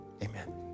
Amen